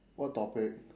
what topic